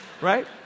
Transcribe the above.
Right